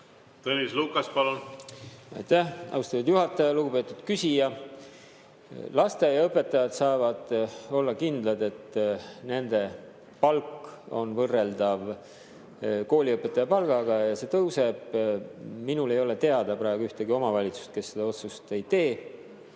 Tõnis Lukas, palun! Aitäh, austatud juhataja! Lugupeetud küsija! Lasteaiaõpetajad saavad olla kindlad, et nende palk on võrreldav kooliõpetaja palgaga ja et see tõuseb. Minule ei ole praegu teada ühtegi omavalitsust, kes seda otsust ei tee.